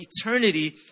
eternity